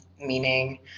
meaning